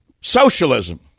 socialism